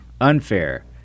unfair